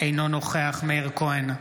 אינו נוכח מאיר כהן,